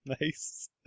Nice